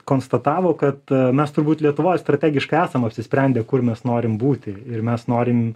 konstatavo kad mes turbūt lietuvoj strategiškai esam apsisprendę kur mes norim būti ir mes norim